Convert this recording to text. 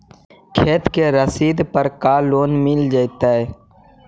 खेत के रसिद पर का लोन मिल जइतै?